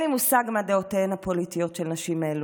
אין לי מושג מה דעותיהן הפוליטיות של נשים אלו,